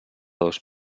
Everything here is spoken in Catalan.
dos